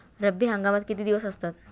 रब्बी हंगामात किती दिवस असतात?